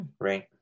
right